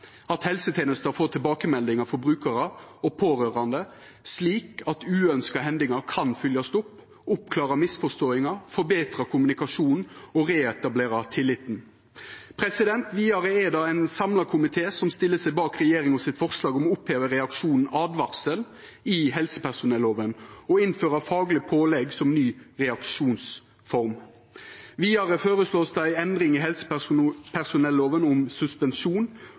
at helsetenesta får tilbakemeldingar frå brukarar og pårørande, slik at uønskte hendingar kan følgjast opp, og at ein kan oppklara misforståingar, forbetra kommunikasjonen og reetablera tilliten. Vidare er det ein samla komité som stiller seg bak forslaget frå regjeringa om å oppheva reaksjonen «advarsel» i helsepersonelloven og innføra «fagleg pålegg» som ny reaksjonsform. Vidare vert det føreslått ei endring i helsepersonelloven om suspensjon.